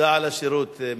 תודה על השירות מראש.